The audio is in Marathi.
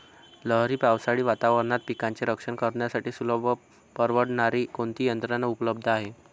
लहरी पावसाळी वातावरणात पिकांचे रक्षण करण्यासाठी सुलभ व परवडणारी कोणती यंत्रणा उपलब्ध आहे?